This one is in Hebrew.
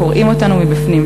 הקורעים אותנו מבפנים,